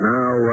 Now